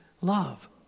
love